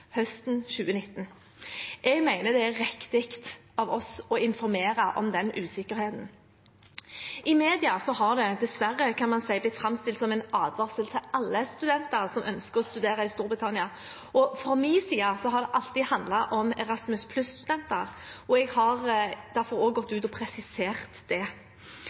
høsten 2019. Jeg mener det er riktig av oss å informere om denne usikkerheten. I media har det – dessverre, kan man si – blitt framstilt som en advarsel til alle studenter som ønsker å studere i Storbritannia. Fra min side har det alltid handlet om Erasmus+-studenter, og jeg har derfor også gått ut og presisert det.